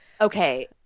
Okay